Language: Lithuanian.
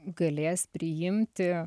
galės priimti